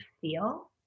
feel